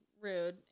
rude